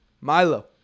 Milo